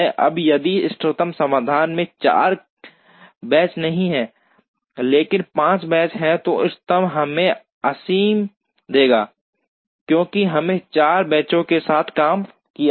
अब यदि इष्टतम समाधान में 4 बेंच नहीं हैं लेकिन 5 बेंच हैं तो इष्टतम हमें असीम देगा क्योंकि हमने 4 बेंचों के साथ काम किया है